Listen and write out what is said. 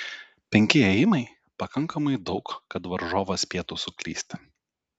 penki ėjimai pakankamai daug kad varžovas spėtų suklysti